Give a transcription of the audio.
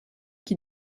qui